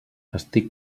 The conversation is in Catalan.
estic